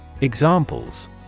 Examples